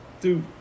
Dude